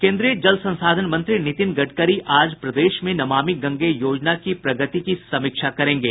केन्द्रीय जल संसाधन मंत्री नितिन गडकरी आज प्रदेश में नमामि गंगे योजना की प्रगति की समीक्षा करेंगे